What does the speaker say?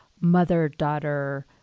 mother-daughter